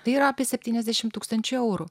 tai yra apie septyniasdešim tūkstančių eurų